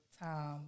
time